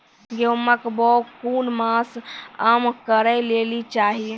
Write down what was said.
गेहूँमक बौग कून मांस मअ करै लेली चाही?